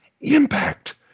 impact